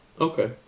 Okay